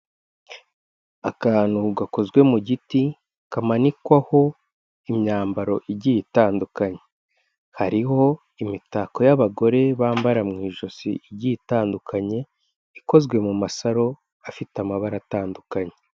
Akantu gakozwe mu giti, kamanikwaho imyambaro igiye itandukanye, hariho imitako y'abagore bambara mu ijosi igitandukanye, ikozwe mu masaro afite amabara atandukanye.